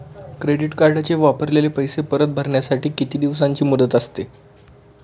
Credit कार्डचे वापरलेले पैसे परत भरण्यासाठी किती दिवसांची मुदत असते?